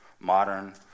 modern